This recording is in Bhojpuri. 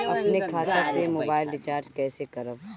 अपने खाता से मोबाइल रिचार्ज कैसे करब?